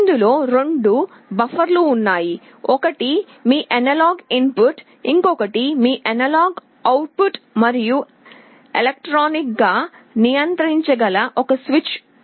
ఇందులో రెండు బఫర్లు ఉన్నాయి ఒకటి మీ అనలాగ్ ఇన్పుట్ ఇంకొకటి మీ అనలాగ్ అవుట్పుట్ మరియు ఎలక్ట్రానిక్గా నియంత్రించగల ఒక స్విచ్ ఉంది